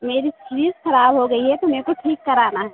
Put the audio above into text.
मेरी फ्रिज ख़राब हो गई है तो मेरे को ठीक कराना है